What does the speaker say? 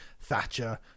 Thatcher